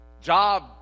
job